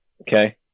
Okay